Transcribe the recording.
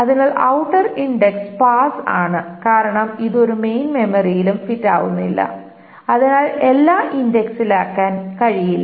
അതിനാൽ outer index sparse ആണ് കാരണം ഇത് ഒരു മെയിൻ മെമ്മറിയിലും ഫിറ്റ് ആവുന്നില്ല അതിനാൽ എല്ലാം ഇന്ഡക്സിലാക്കാൻ കഴിയില്ല